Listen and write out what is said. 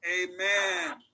Amen